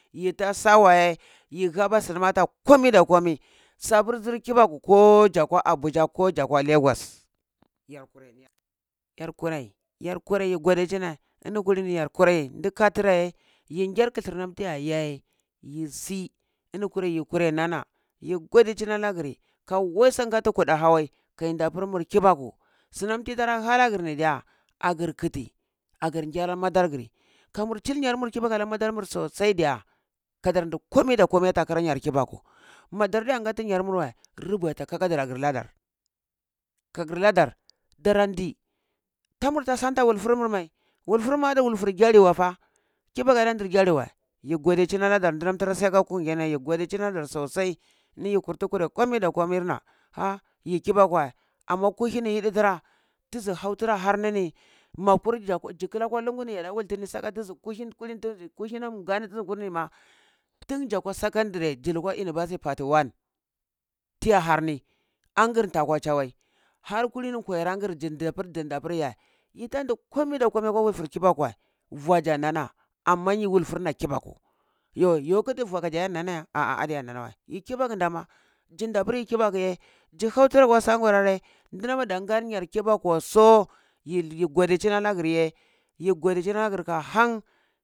Yi ta sa waye, yi ghaba sirma ta komai da komai, sapur jir kibaku ko jakwa abuja ko jakwa legwas, ya kure niyar yar kurai yar kurai godicina ini kulini yar kurai di ka traye yin ngyar kitir iya yi sii ini kulini yi kurai nana yi godicini la giri ka wai sudan gati kudaha wai, kayi dapur mur kibaku, sunam tiyi tara ha lagrini diya agri kiti agrin gyar la madagri, kamur chir nyar mur kabaku la madarmur sosai diya, kadar di komai da komai ta kra nyar kibaku, ma dardan ngati nyar murwei rubatu kakadu agri ladar, kagri ladar daran da di tamurta santa wulfur mur mai, wulfur mu ade wulfur gyali wafa, kibaku ada dir gyaliwei yi godicini ladar dinam siyaka kungiyani yi godicini yalada sosai. Ni yi kurchi kurei komi da komir na, ha! Yi kibaku wei amma kuhi ni yiɗi tira hau hira aharnini mapur zi kla kwa lungu ni yadu wula tini saka tizi kuhi ni kulini tizi kuhi na ngani tizi kulima tun zakwa sakandare zi lukwa univasti patu wan, hya harni angir tha kwa chawai har kulini kwayar angir jinde pur ya, yitan di komai da komai kwa wulfur kibaku wei va ja nana, amma yi wulfurna kibaku yo yokiti vua kaje iya nanaya adiya iya nanawei yi kibaku ndama jindi yapur kibakuye ji hautira kwa sa murare ndinama dan ga yar kibaku wei so yi godicina lagir ye yi godicina gir ka han